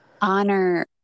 honor